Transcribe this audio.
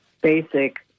basic